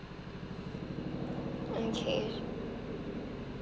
okay